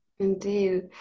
Indeed